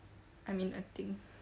I mean I think